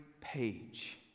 page